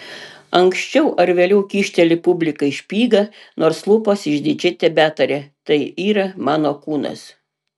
anksčiau ar vėliau kyšteli publikai špygą nors lūpos išdidžiai tebetaria tai yra mano kūnas